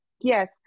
Yes